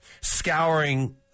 scouring